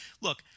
look